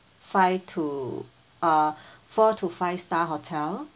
five to uh four to five star hotel